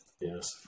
yes